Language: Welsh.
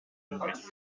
unwaith